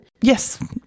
Yes